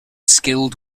skilled